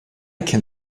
can